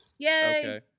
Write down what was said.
Yay